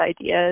ideas